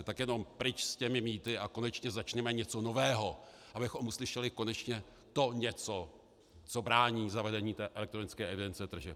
Tak jenom pryč s těmi mýty a konečně začněme něco nového, abychom uslyšeli konečně to něco, co brání zavedení elektronické evidence tržeb.